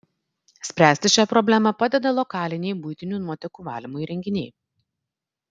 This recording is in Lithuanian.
spręsti šią problemą padeda lokaliniai buitinių nuotekų valymo įrenginiai